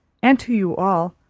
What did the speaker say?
and to you all,